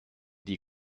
die